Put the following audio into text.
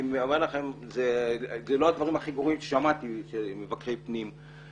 אני אומר לכם שאלה לא הדברים הכי גרועים ששמעתי שעוברים מבקרי פנים.